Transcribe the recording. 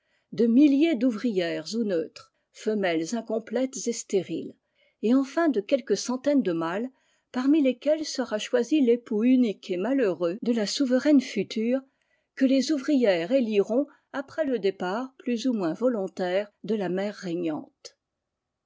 de milliers d'ouvrières ou neutres femelles incomplète et stériles et enfin de quelques centaines de mâles parmi lesquels sera choisi l'époux unique et malheureux de la souveraine future que les ouvrières éliront après le départ plus ou moins volontaire de la mère régnante